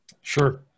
Sure